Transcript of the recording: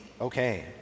Okay